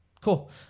Cool